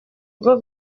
rwo